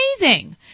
amazing